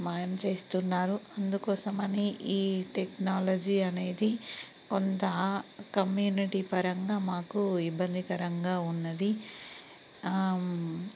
మాయం చేస్తున్నారు అందుకోసం అనే ఈ టెక్నాలజీ అనేది కొంత కమ్యూనిటీ పరంగా మాకు ఇబ్బందికరంగా ఉన్నది